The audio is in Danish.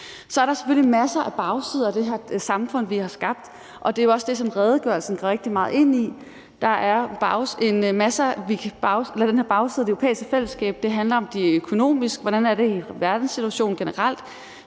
Så er der selvfølgelig masser af bagsider af det samfund, vi har skabt, og det er jo også det, som redegørelsen går rigtig meget ind i, og den her bagside af det europæiske fællesskab handler om det økonomiske, og hvordan det generelt er i verdenssituationen.